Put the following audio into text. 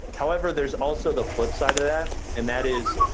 however, there's also the flip side of that and that is,